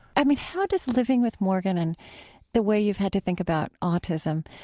i mean, how does living with morgan and the way you've had to think about autism